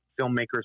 filmmakers